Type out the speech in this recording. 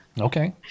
Okay